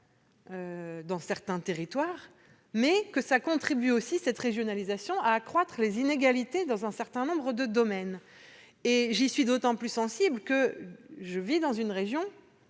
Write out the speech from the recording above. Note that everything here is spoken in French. dans certains territoires, mais que cette régionalisation contribue à accroître les inégalités dans un certain nombre de domaines. J'y suis d'autant plus sensible que je vis dans une région,